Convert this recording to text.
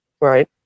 Right